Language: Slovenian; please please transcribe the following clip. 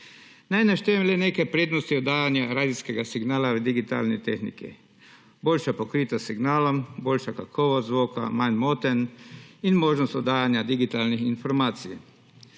Naj naštejem le nekaj prednosti oddajanja radijskega signala v digitalni tehniki: boljša pokritost s signalom, boljša kakovost zvoka, manj motenj in možnost oddajanja digitalnih informacij.